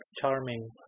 charming